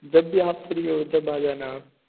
जब भी आप फ्री हो जब आ जाना आप